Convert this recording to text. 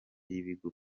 y’ibigo